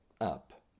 up